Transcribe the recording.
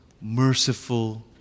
merciful